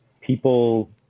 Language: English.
people